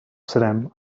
srem